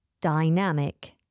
dynamic